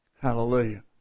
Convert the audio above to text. Hallelujah